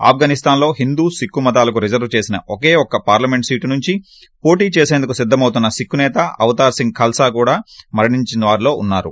ఆప్సనిస్తాన్లో హిందూ సిక్కు మతాలకు రిజర్స్ చేసిన ఒకే ఒక్క పార్లమెంట్ సీటు నుంచి పోటీ చేసిందుకు సిద్దమౌతున్న సిక్కు నేత అవతోర్ సింగ్ ఖల్సా కూడా మరణించిన వారిలో ఉన్నారు